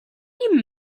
you